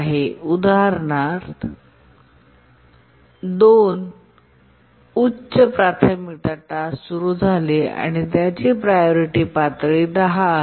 वेळी उदाहरण 2 उच्च प्राथमिकता टास्क सुरू झाले आणि त्याचे प्रायोरिटी पातळी 10 आहे